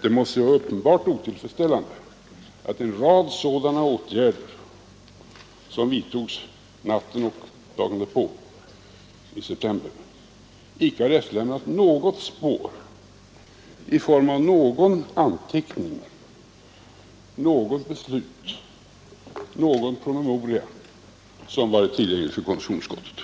Det måste vara uppenbart otillfredsställande att en rad sådana åtgärder som vidtogs under en natt och en dag i september inte har efterlämnat spår i form av någon anteckning, något beslut, någon promemoria som varit tillgänglig för konstitutionsutskottet.